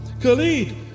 Khalid